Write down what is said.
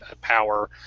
power